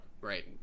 Right